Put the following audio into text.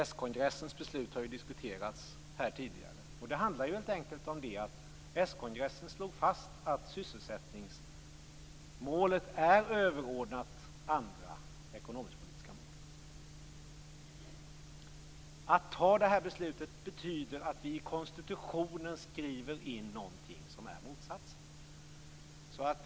S kongressens beslut har ju diskuterats här tidigare, och s-kongressen slog helt enkelt fast att sysselsättningsmålet är överordnat andra ekonomisk-politiska mål. Att fatta det här beslutet betyder att vi i konstitutionen skriver in någonting som innebär motsatsen.